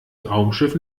raumschiff